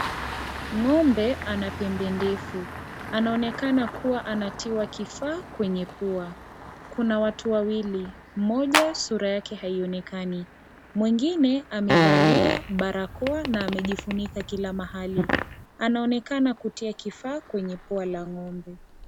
Ngombe ana pembe ndefu, anaonekana kuwa anatiwa kifaa kwenye pua, kuna watu wawili, mmoja sura yake haionekani mwingine amevalia barakoa na amejifunika kila mahali, anaonekana kutia kifaa kwenye pua la ngombe.